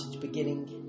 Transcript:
beginning